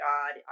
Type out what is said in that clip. God